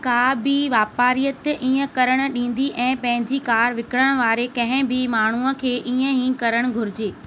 का बि वापारीयत ईअं करणु ॾींदी ऐं पंहिंजी कार विकिरणु वारे कंहिं बि माण्हूअ खे ईअं ई करणु घुरिजे